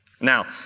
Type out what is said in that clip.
Now